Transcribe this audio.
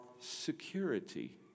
security